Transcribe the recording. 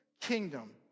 kingdom